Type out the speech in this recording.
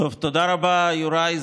טוב, תודה רבה, יוראי.